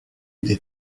des